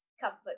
comfort